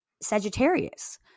sagittarius